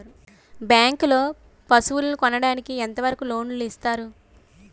Bank లో పశువుల కొనడానికి ఎంత వరకు లోన్ లు ఇస్తారు?